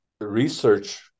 research